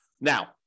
Now